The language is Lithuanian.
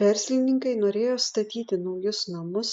verslininkai norėjo statyti naujus namus